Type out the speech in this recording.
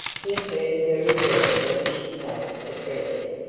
he turned very red when she spoke of dressing.